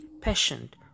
patient